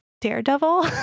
daredevil